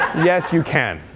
yes, you can.